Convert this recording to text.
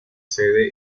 sede